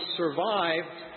survived